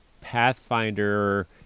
Pathfinder